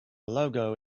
logo